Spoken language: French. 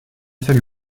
fallu